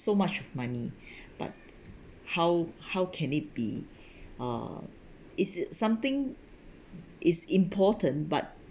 so much of money but how how can it be uh is something is important but